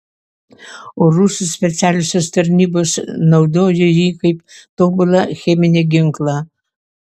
o rusų specialiosios tarnybos naudojo jį kaip tobulą cheminį ginklą